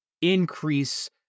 increase